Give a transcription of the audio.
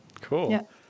Cool